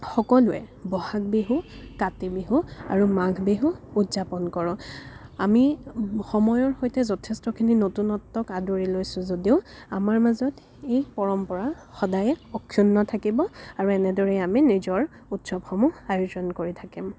সকলোৱে বহাগ বিহু কাতি বিহু আৰু মাঘ বিহু উদযাপন কৰোঁ আমি সময়ৰ সৈতে যথেষ্টখিনি নতুনত্বক আদৰি লৈছোঁ যদিও আমাৰ মাজত এই পৰম্পৰা সদায়ে অক্ষুণ্ণ থাকিব আৰু এনেদৰেই আমি নিজৰ উৎসৱসমূহ আয়োজন কৰি থাকিম